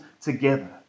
together